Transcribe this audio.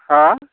मा